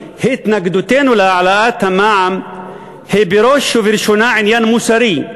"התנגדותנו להעלאת המע"מ היא בראש ובראשונה עניין מוסרי,